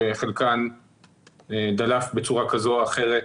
שחלקן דלף בצורה כזאת או אחרת,